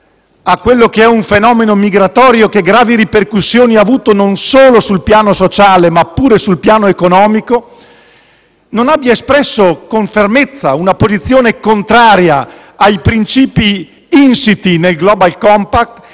un limite al fenomeno migratorio, che gravi ripercussioni ha avuto non solo sul piano sociale, ma anche sul piano economico, non abbia espresso con fermezza una posizione contraria ai principi insiti nel Global compact